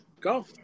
Go